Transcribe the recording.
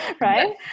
right